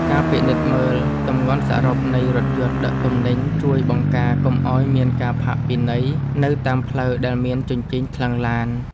ការពិនិត្យមើលទម្ងន់សរុបនៃរថយន្តដឹកទំនិញជួយបង្ការកុំឱ្យមានការផាកពិន័យនៅតាមផ្លូវដែលមានជញ្ជីងថ្លឹងឡាន។